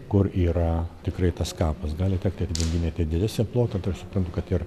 kur yra tikrai tas kapas gali tekti atidenginėt ir didesnį plotą tai aš suprantu kad ir